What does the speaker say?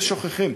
ושוכחים.